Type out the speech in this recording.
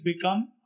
become